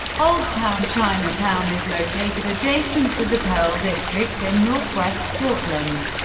old town chinatown is located adjacent to the pearl district in northwest portland,